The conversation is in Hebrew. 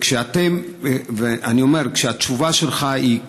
אני אומר, כשהתשובה שלך היא: